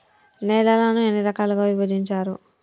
నేలలను ఎన్ని రకాలుగా విభజించారు?